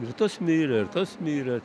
ir tas mirė ir tas mirė